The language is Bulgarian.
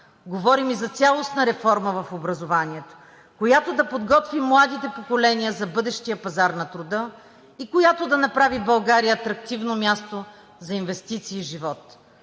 говорим и за цялостна реформа в образованието, която да подготви младите поколения за бъдещия пазар на труда и която да направи България атрактивно място за инвестиции и живот.